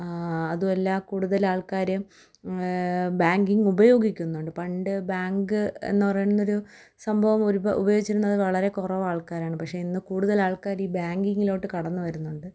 അതുമല്ല കൂടുതൽ ആൾക്കാർ ബാങ്കിംഗ് ഉപയോഗിക്കുന്നുണ്ട് പണ്ട് ബാങ്ക് എന്ന് പറയുന്ന ഒരു സംഭവം ഉപയോഗിച്ചിരുന്നത് വളരെ കുറവ് ആൾക്കാരാണ് പക്ഷെ ഇന്ന് കൂടുതൽ ആൾക്കാർ ഈ ബാങ്കിങിലോട്ട് കടന്നു വരുന്നുണ്ട്